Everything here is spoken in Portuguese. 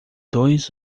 dois